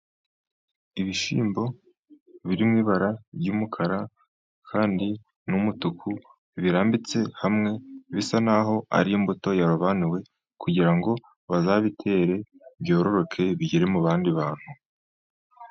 Ibishyimbo biri mu ibara ry'umukara, numutuku, birambitse hamwe, bisa naho ari imbuto yarobanuwe kugira ngo bazabitere byororoke bigere mu bandi bantu.